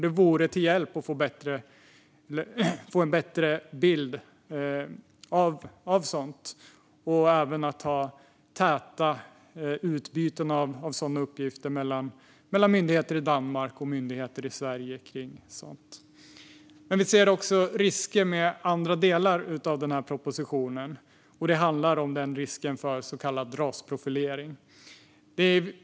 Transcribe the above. Det vore till hjälp att få en bättre bild av sådant och även ha täta utbyten av sådana uppgifter mellan myndigheter i Danmark och Sverige. Vi ser dock risker med andra delar av propositionen. Det handlar om risken för så kallad rasprofilering.